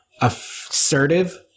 assertive